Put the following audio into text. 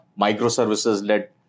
microservices-led